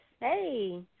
Hey